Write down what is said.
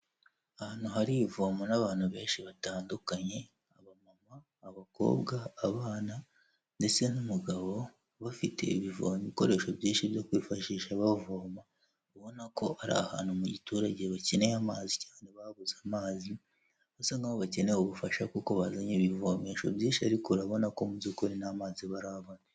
Ahantu hari ivomo n'abantu benshi batandukanye aba mama, abakobwa, abana ndetse n'umugabo bafite ibivo ibikoresho byinshi byo kwifashisha bavoma, ubona ko ari ahantu mu giturage bakeneye amazi cyane babuze amazi basa nkaho bakeneye ubufasha kuko bazanye ibivomesho byinshi ariko urabona ko mu by'ukuri nta mazi barabona.